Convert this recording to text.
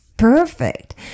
perfect